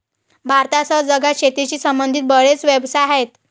भारतासह जगात शेतीशी संबंधित बरेच व्यवसाय आहेत